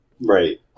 right